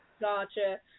Gotcha